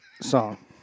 song